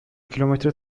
kilometre